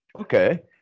Okay